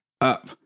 up